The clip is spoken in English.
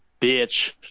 bitch